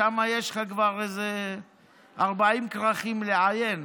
שם יש לך כבר איזה 40 כרכים לעיין.